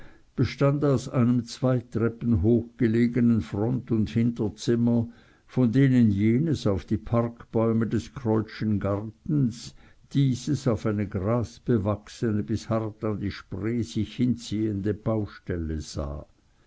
bestand aus einem zwei treppen hoch gelegenen front und hinterzimmer von denen jenes auf die parkbäume des krollschen gartens dieses auf eine grasbewachsene bis hart an die spree sich hinziehende baustelle sah